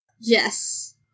Yes